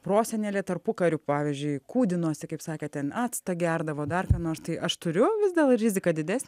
prosenelė tarpukariu pavyzdžiui kūdinosi kaip sakėt ten actą gerdavo dar ką nors tai aš turiu vis dėl rizika didesnė